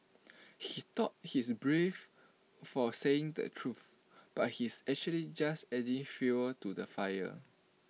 he thought he's brave for saying the truth but he's actually just adding fuel to the fire